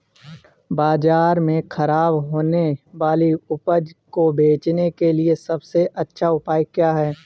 बाजार में खराब होने वाली उपज को बेचने के लिए सबसे अच्छा उपाय क्या हैं?